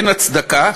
אין הצדקה